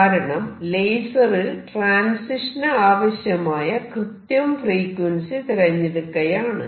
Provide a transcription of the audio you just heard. കാരണം ലേസറിൽ ട്രാൻസിഷന് ആവശ്യമായ കൃത്യം ഫ്രീക്വൻസി തിരഞ്ഞെടുക്കയാണ്